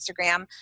instagram